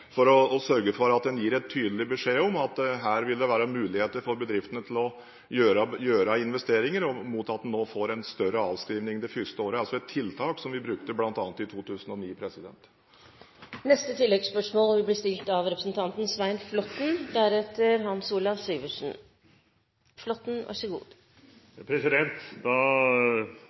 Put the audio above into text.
for å sørge for at en gir tydelig beskjed om at det vil være muligheter for bedriftene til å gjøre investeringer mot at en får en større avskrivning det første året, altså et tiltak som vi bl.a. brukte i 2009. Svein Flåtten – til oppfølgingsspørsmål. Da statsråden la frem revidert nasjonalbudsjett, snakket han om «å bygge skanser før krigen kommer». Det var vel det regjeringen gjorde da